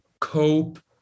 cope